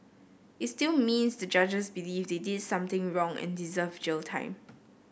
it still means the judges believe they did something wrong and deserve jail time